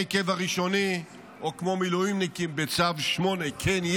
קבע ראשוני או כמו מילואימניקים בצו 8. כן,